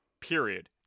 period